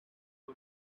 for